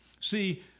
see